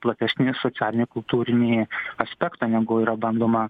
platesnį socialinį kultūrinį aspektą negu yra bandoma